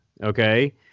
Okay